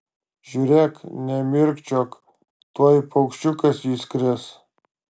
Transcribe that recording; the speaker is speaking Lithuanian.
žiūrėk nemirkčiok tuoj paukščiukas išskris